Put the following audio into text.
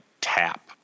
tap